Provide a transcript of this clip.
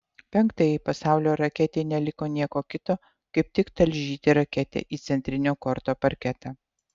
penktajai pasaulio raketei neliko nieko kito kaip tik talžyti raketę į centrinio korto parketą